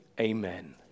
Amen